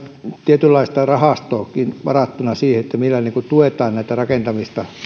tietynlaista rahastoakin varattuna siihen millä tuetaan tätä rakentamista